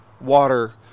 water